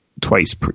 twice